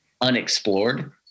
unexplored